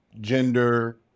Gender